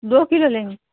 دو kilo لیں گے